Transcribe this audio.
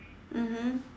mmhmm